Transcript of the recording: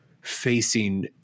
facing